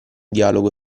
dialogo